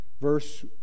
verse